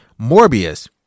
Morbius